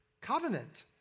Covenant